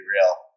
real